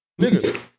nigga